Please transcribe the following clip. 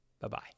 Bye-bye